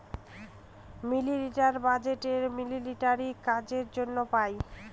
military budget military কাজের জন্য পাই